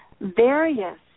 various